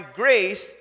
grace